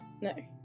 No